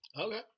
Okay